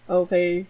okay